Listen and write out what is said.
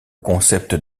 concept